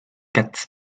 cat